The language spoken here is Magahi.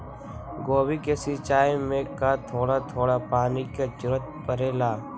गोभी के सिचाई में का थोड़ा थोड़ा पानी के जरूरत परे ला?